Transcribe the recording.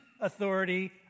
authority